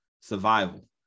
survival